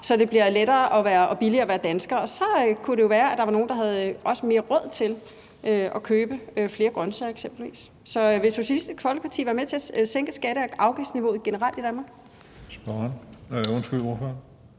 så det bliver lettere og billigere at være dansker. Og så kunne det jo være, at der var nogle, der også havde mere råd til at købe eksempelvis flere grønsager. Så vil Socialistisk Folkeparti være med til at sænke skatte- og afgiftsniveauet generelt i Danmark?